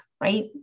right